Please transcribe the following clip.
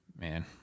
man